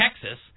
Texas